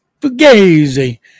Fugazi